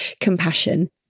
compassion